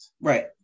Right